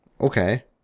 Okay